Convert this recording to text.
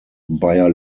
bayer